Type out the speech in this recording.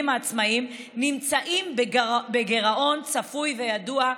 העצמאיים נמצאים בגירעון צפוי וידוע,